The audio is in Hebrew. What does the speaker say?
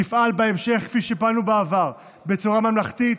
נפעל בהמשך כפי שפעלנו בעבר, בצורה ממלכתית